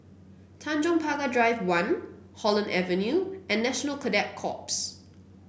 Tanjong Pagar Drive One Holland Avenue and National Cadet Corps